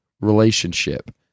relationship